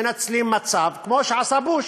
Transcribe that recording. מנצלים מצב, כמו שעשה בוש,